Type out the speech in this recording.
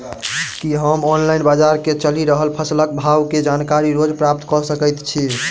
की हम ऑनलाइन, बजार मे चलि रहल फसलक भाव केँ जानकारी रोज प्राप्त कऽ सकैत छी?